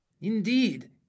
indeed